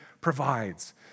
provides